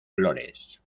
flores